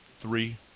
three